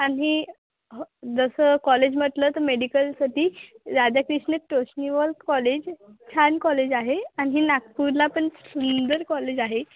जसं कॉलेज म्हटलं तर मेडिकलसाठी राधाक्रिष्ण तोष्णीवाल कॉलेज छान कॉलेज आहे आणि नागपूरला पण सुंदर कॉलेज आहे